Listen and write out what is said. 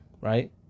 right